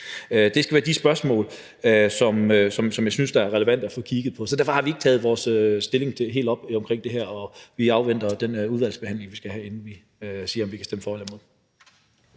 Det skal være de spørgsmål, som jeg synes er relevante at få kigget på. Så derfor har vi ikke gjort vores stilling helt op i forhold til det her, og vi afventer den udvalgsbehandling, vi skal have, inden vi siger, om vi kan stemme for eller imod.